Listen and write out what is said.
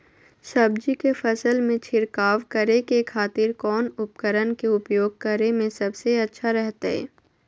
सब्जी के फसल में छिड़काव करे के खातिर कौन उपकरण के उपयोग करें में सबसे अच्छा रहतय?